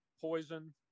Poison